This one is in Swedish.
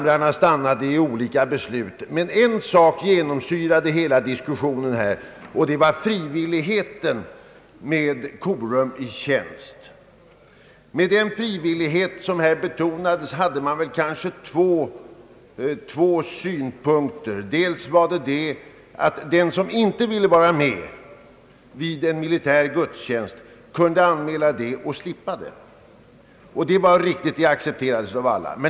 Kamrarna stannade i olika beslut, men en sak genomsyrade hela diskussionen då, nämligen att deltagande i korum i tjänst borde vara frivilligt. När man betonade frivilligheten var det väl framför allt två synpunkter som framfördes. För det första betonades att den som inte ville vara med vid en militär gudstjänst kunde anmäla detta och slippa att deltaga. Det ansågs riktigt och accepterades av alla.